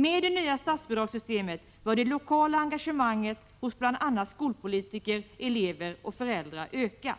Med det nya statsbidragssystemet bör det lokala engagemanget hos bl.a. skolpolitiker, elever och föräldrar öka.